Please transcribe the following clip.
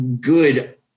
good